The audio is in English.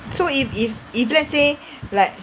so if if if let's say like